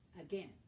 again